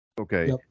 Okay